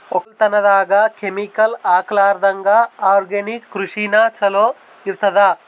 ಒಕ್ಕಲತನದಾಗ ಕೆಮಿಕಲ್ ಹಾಕಲಾರದಂಗ ಆರ್ಗ್ಯಾನಿಕ್ ಕೃಷಿನ ಚಲೋ ಇರತದ